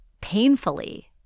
painfully